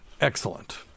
Excellent